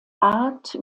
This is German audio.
art